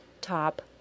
top